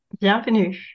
Bienvenue